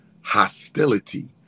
hostility